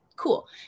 cool